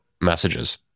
messages